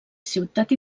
ciutat